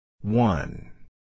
One